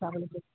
चावल है सर